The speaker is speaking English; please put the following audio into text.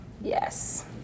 Yes